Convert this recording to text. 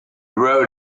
road